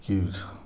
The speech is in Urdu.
کی